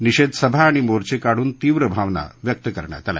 निषेध सभा आणि मोर्चे काढून तीव्र भावना व्यक्त करण्यात आल्या